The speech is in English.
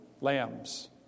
lambs